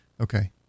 Okay